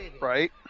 Right